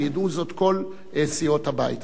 וידעו זאת כל סיעות הבית.